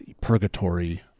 purgatory